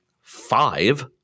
five